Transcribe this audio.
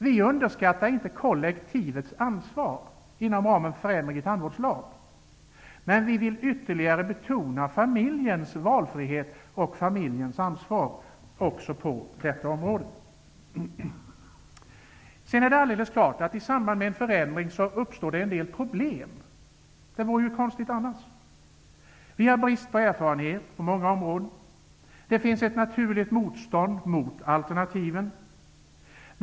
Vi underskattar inte kollektivets ansvar inom ramen för en förändring i en tandvårdslag. Vi vill emellertid också på detta område ytterligare betona familjens valfrihet och ansvar. I samband med en förändring är det alldeles klart att en del problem uppstår -- konstigt vore det annars. På många områden har vi brist på erfarenhet. Det finns ett naturligt motstånd mot alternativen.